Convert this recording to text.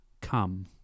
come